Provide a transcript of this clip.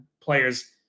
players